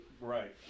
Right